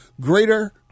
greater